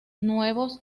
nuevos